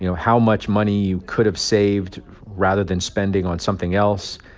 you know how much money you could have saved rather than spending on something else.